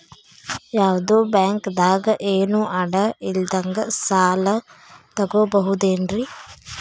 ಯಾವ್ದೋ ಬ್ಯಾಂಕ್ ದಾಗ ಏನು ಅಡ ಇಲ್ಲದಂಗ ಸಾಲ ತಗೋಬಹುದೇನ್ರಿ?